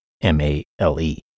M-A-L-E